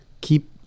keep